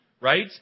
right